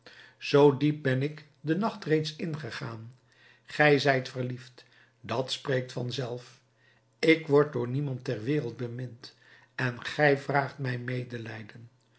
zoo diep ben ik den nacht reeds ingegaan gij zijt verliefd dat spreekt vanzelf ik word door niemand ter wereld bemind en gij vraagt mij medelijden